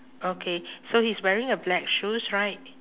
okay so he's wearing a black shoes right